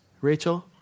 Rachel